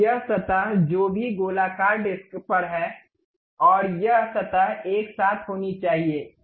अब यह सतह जो भी गोलाकार डिस्क पर है और यह सतह एक साथ होनी चाहिए